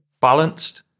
balanced